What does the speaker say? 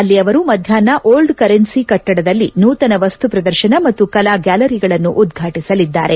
ಅಲ್ಲಿ ಅವರು ಮಧ್ಯಾಹ್ನ ಓಲ್ಡ್ ಕರೆನ್ನಿ ಕಟ್ಟಡದಲ್ಲಿ ನೂತನ ವಸ್ತುಪ್ರದರ್ಶನ ಮತ್ತು ಕಲಾ ಗ್ನಾಲರಿಗಳನ್ನು ಉದ್ವಾಟಿಸಲಿದ್ದಾರೆ